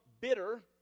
bitter